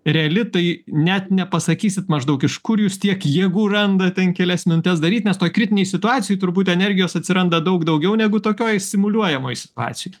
reali tai net nepasakysit maždaug iš kur jūs tiek jėgų randa ten kelias minutes daryt nes toj kritinėj situacijoj turbūt energijos atsiranda daug daugiau negu tokioj simuliuojamoj situacijoj